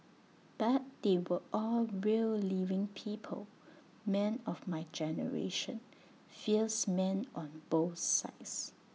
but they are all real living people men of my generation fierce men on both sides